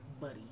buddy